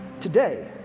today